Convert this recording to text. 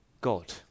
God